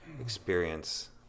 experience